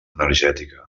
energètica